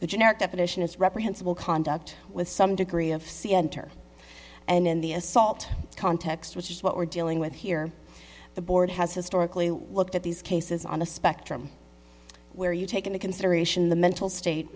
the generic definition is reprehensible conduct with some degree of c enter and in the assault context which is what we're dealing with here the board has historically looked at these cases on a spectrum where you take into consideration the mental state